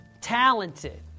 talented